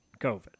COVID